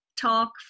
talk